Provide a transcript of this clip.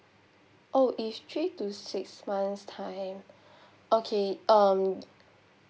oh if three to six months' time okay um